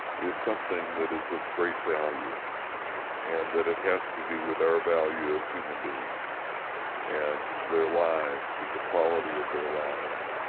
is something that is of great value and that it has to do with our value of human beings and their lives and the quality of their lives,